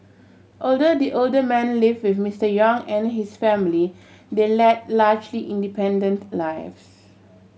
although the older man live with Mister Yong and his family they led largely independent lives